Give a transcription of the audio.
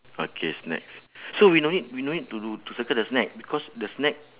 okay snacks so we no need we no need to to circle the snack because the snack